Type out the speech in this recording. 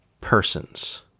persons